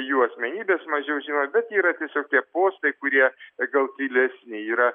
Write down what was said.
jų asmenybės mažiau žinom bet yra tiesiog tie postai kurie gal tylesni yra